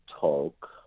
talk